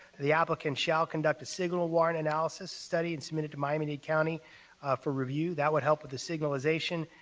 the applicant shall conduct a signal warrant analysis study and submit it to miami-dade county for review. that would help with the signalization.